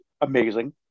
amazing